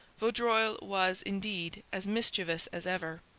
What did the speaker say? vaudreuil was, indeed, as mischievous as ever.